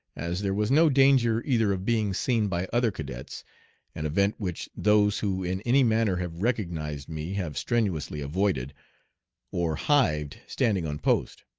as there was no danger either of being seen by other cadets an event which those who in any manner have recognized me have strenuously avoided or hived standing on post.